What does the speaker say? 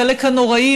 חלק נוראיים,